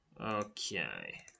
Okay